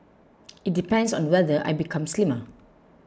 it depends on whether I become slimmer